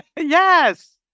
yes